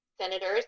senators